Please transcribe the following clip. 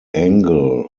angle